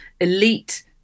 elite